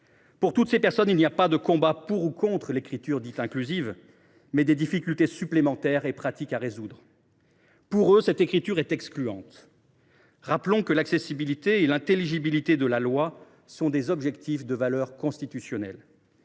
Pour toutes ces personnes, il n’y a pas de combat pour ou contre l’écriture dite inclusive, mais des difficultés supplémentaires et pratiques à résoudre. Pour eux, cette écriture est excluante. Rappelons que l’accessibilité et l’intelligibilité de la loi sont des objectifs de valeur constitutionnelle.